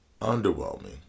underwhelming